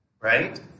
Right